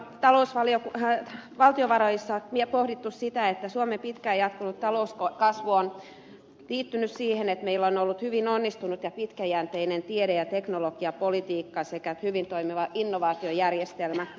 täällä on valtiovaroissa pohdittu sitä että suomen pitkään jatkunut talouskasvu on liittynyt siihen että meillä on ollut hyvin onnistunut ja pitkäjänteinen tiede ja teknologiapolitiikka sekä hyvin toimiva innovaatiojärjestelmä